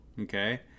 okay